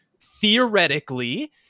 theoretically